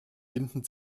binden